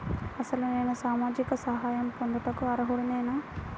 అసలు నేను సామాజిక సహాయం పొందుటకు అర్హుడనేన?